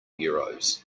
euros